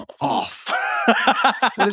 off